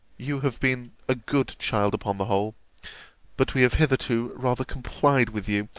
you have been a good child upon the whole but we have hitherto rather complied with you,